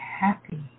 happy